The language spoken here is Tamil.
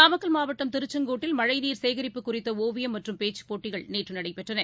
நாமக்கல் மாவட்டம் திருச்செங்கோட்டில் மழைநீர் சேகிப்பு குறித்தஒவியம் மற்றும் பேச்சுப் போட்டிகள் நேற்றுநடைபெற்றன